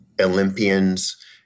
Olympians